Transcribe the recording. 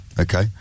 okay